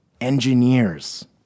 Engineers